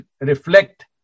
reflect